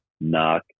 knock